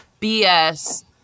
BS